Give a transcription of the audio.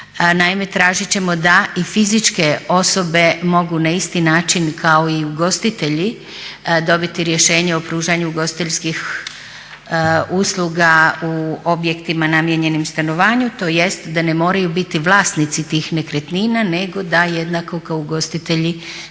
Naime, tražiti ćemo da i fizičke osobe mogu na isti način kao i ugostitelji dobiti rješenje o pružanju ugostiteljskih usluga u objektima namijenjenim stanovanju tj. da ne moraju biti vlasnici tih nekretnina nego da jednako kao ugostitelji